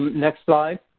next slide.